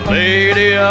lady